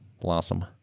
blossom